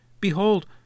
behold